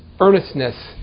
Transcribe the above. earnestness